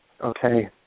Okay